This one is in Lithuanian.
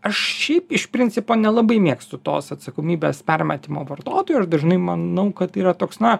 aš šiaip iš principo nelabai mėgstu tos atsakomybės permetimo vartotojui aš dažnai manau kad tai yra toks na